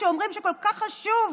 שאומרים שהוא כל כך חשוב